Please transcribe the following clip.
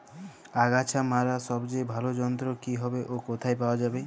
আগাছা মারার সবচেয়ে ভালো যন্ত্র কি হবে ও কোথায় পাওয়া যাবে?